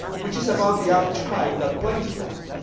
which is about the average height that planes fly.